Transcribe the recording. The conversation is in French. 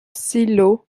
stylo